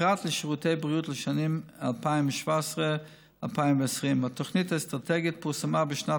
פרט לשירותי בריאות לשנים 2017 2020. התוכנית האסטרטגית פורסמה בשנת